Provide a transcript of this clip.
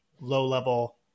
low-level